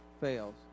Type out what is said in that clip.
fails